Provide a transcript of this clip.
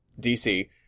DC